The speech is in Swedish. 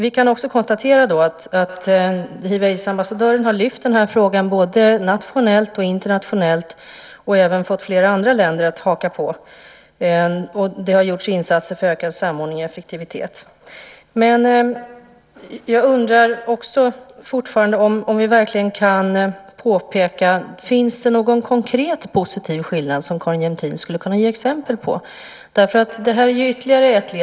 Vi kan också konstatera att hiv/aids-ambassadören har lyft frågan både nationellt och internationellt och även fått flera andra länder att haka på. Det har gjorts insatser för att ökad samordning och effektivitet. Men jag undrar: Finns det någon konkret positiv skillnad som Carin Jämtin skulle kunna ge exempel på? Det är ytterligare ett led.